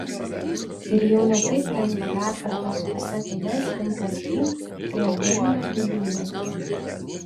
ir jau ne taip lengva dar kartą su visa kėde slinkt artyn prie eugenijos dobilienės